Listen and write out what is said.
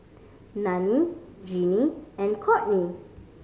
Nannie Jeanine and Kourtney